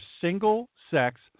single-sex